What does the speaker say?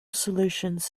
solutions